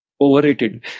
Overrated